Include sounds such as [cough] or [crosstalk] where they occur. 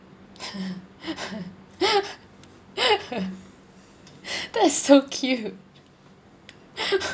[laughs] that is so cute [laughs]